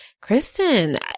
Kristen